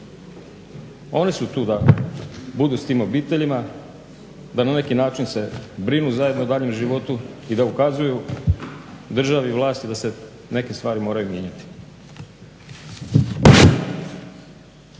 One su tu da budu s tim obiteljima, da na neki način se brinu zajedno o daljnjem životu i da ukazuju državi i vlasti da se neke stvari moraju mijenjati.